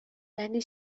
زنی